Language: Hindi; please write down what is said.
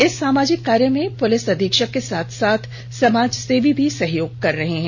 इस सामाजिक कार्य में पुलिस अधीक्षक के साथ साथ समाज सेवी भी सहयोग कर रहे हैं